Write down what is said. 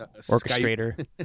orchestrator